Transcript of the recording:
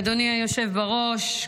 אדוני היושב בראש,